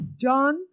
John